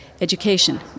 education